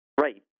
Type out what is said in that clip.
Right